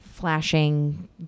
Flashing